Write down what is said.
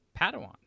padawans